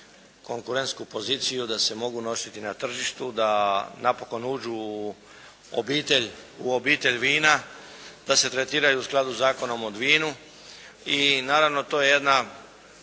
konkurentsku poziciju da se mogu nositi na tržištu da napokon uđu u obitelj vina, da se tretiraju u skladu sa Zakonom o vinu, to je po